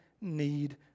need